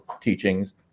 teachings